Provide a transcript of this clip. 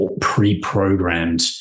pre-programmed